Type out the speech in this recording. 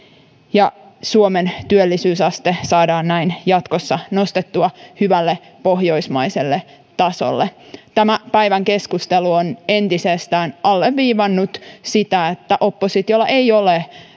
ja suomen työllisyysaste saadaan jatkossa nostettua hyvälle pohjoismaiselle tasolle tämä päivän keskustelu on entisestään alleviivannut sitä että oppositiolla ei ole